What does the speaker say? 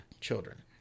children